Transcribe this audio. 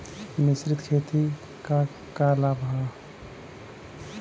मिश्रित खेती क का लाभ ह?